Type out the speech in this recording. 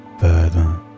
further